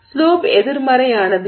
slope எதிர்மறையானது